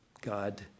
God